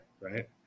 right